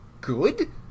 good